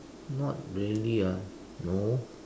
not really ah no